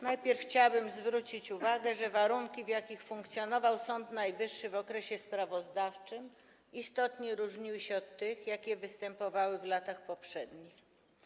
Najpierw chciałabym zwrócić uwagę, że warunki, w jakich funkcjonował Sąd Najwyższy w okresie sprawozdawczym, istotnie różniły się od tych, jakie występowały w latach poprzednich.